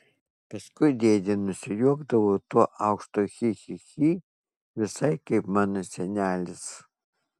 paskui dėdė nusijuokdavo tuo aukštu chi chi chi visai kaip mano senelis